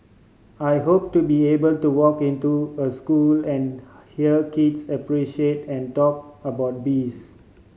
I hope to be able to walk into a school and hear kids appreciate and talk about bees